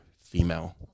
female